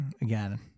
again